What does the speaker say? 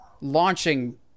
launching